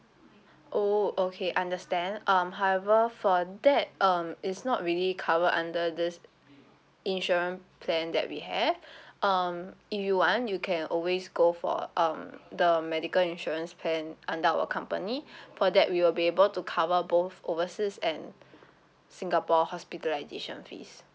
oh okay understand um however for that um is not really cover under this insurance plan that we have um if you want you can always go for um the medical insurance plan under our company for that we will be able to cover both overseas and singapore hospitalisation fees